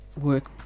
work